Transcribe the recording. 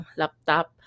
laptop